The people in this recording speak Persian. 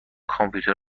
کامپیوتر